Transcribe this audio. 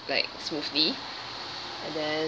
like smoothly and then